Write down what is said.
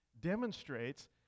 demonstrates